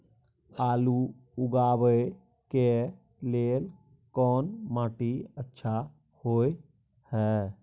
आलू उगाबै के लेल कोन माटी अच्छा होय है?